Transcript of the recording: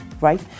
right